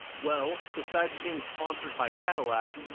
well, besides being sponsored by cadillac,